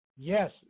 Yes